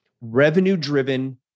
revenue-driven